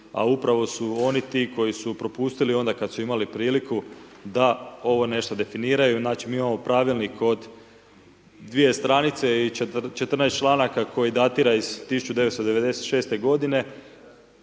a upravo su oni ti koji su propustili onda kad su imali priliku da ovo nešto definiraju, znači mi imamo pravilnik od 2 stranice i 14 članaka koji datira iz 1996. g.,